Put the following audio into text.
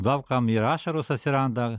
daug kam ir ašaros atsiranda